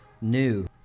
new